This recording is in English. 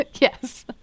Yes